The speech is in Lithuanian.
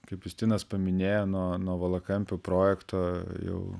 kaip justinas paminėjo nuo nuo valakampių projekto jau